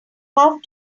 have